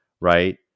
right